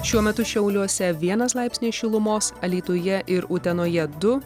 šiuo metu šiauliuose vienas laipsnis šilumos alytuje ir utenoje du